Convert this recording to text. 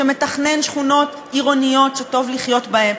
שמתכנן שכונות עירוניות שטוב לחיות בהן,